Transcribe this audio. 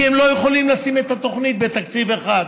כי הם לא יכולים לשים את התוכנית בתקציב אחד,